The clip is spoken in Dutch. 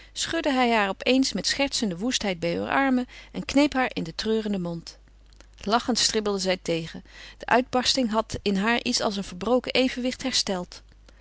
schudde hij haar op eens met schertsende woestheid bij heur armen en kneep haar in den treurenden mond lachend stribbelde zij tegen de uitbarsting had in haar iets als een verbroken evenwicht hersteld